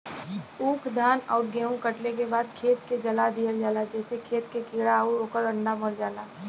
ऊख, धान आउर गेंहू कटले के बाद खेत के जला दिहल जाला जेसे खेत के कीड़ा आउर ओकर अंडा मर जाला